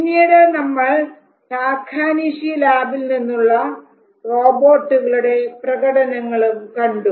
പിന്നീട് നമ്മൾ ടാക്കാനിഷി ലാബിൽ നിന്നുള്ള റോബോട്ടുകളുടെ പ്രകടനങ്ങളും കണ്ടു